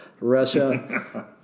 Russia